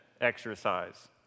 exercise